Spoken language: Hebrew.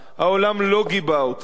העולם לא גיבה אותה,